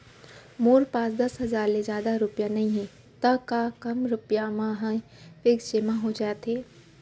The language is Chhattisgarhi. मोर पास दस हजार ले जादा रुपिया नइहे त का कम रुपिया म भी फिक्स जेमा हो जाथे?